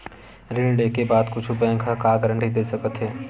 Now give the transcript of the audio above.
ऋण लेके बाद कुछु बैंक ह का गारेंटी दे सकत हे?